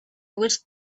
was